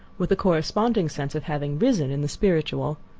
with a corresponding sense of having risen in the spiritual.